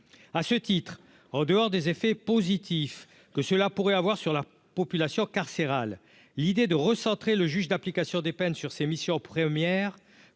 à ce titre en dehors des effets positifs que cela pourrait avoir sur la population carcérale, l'idée de recentrer le juge d'application des peines sur ses missions premières